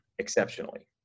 exceptionally